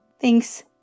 Thanks